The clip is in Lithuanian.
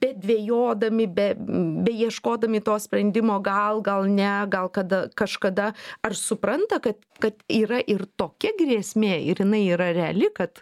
bedvejodami be beieškodami to sprendimo gal gal ne gal kada kažkada ar supranta kad kad yra ir tokia grėsmė ir jinai yra reali kad